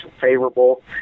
favorable